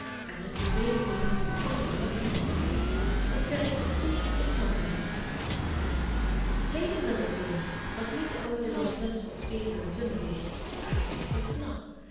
en het bevredigde hun gespannen verwachtingen te zien dat zij er zeer elegant uitzag lady middleton was niet ouder dan zes of zeven en twintig haar gezicht was knap